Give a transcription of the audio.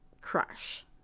crush